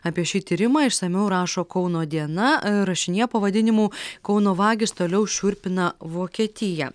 apie šį tyrimą išsamiau rašo kauno diena rašinyje pavadinimu kauno vagys toliau šiurpina vokietiją